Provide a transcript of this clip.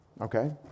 Okay